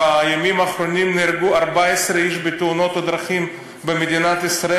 בימים האחרונים נהרגו 14 איש בתאונות דרכים במדינת ישראל.